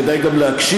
כדאי גם להקשיב,